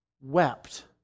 wept